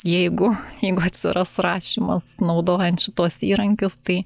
jeigu jeigu atsiras rašymas naudojant šituos įrankius tai